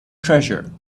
treasure